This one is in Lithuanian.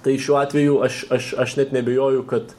tai šiuo atveju aš aš aš net neabejoju kad